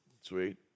Sweet